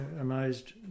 amazed